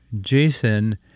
Jason